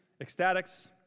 ecstatics